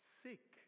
sick